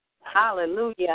Hallelujah